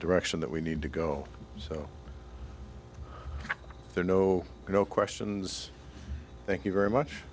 direction that we need to go so there are no no questions thank you very much